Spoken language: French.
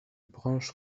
branches